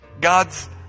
God's